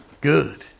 Good